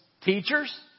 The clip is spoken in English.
teachers